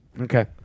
Okay